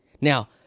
Now